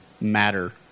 matter